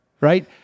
Right